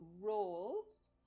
roles